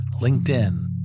LinkedIn